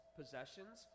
possessions